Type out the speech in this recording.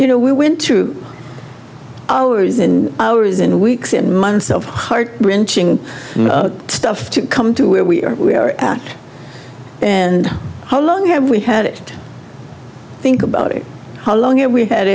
you know we went to hours and hours and weeks and months of heart wrenching stuff to come to where we're at and how long have we had it think about it how long have we had